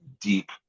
deep